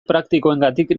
praktikoengatik